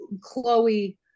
Chloe